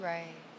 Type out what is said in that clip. Right